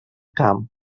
camp